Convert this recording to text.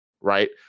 right